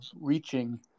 reaching